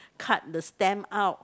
cut the stamp out